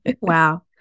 Wow